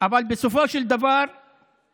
אבל בסופו של דבר החלטתי,